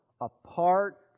apart